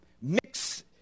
Mix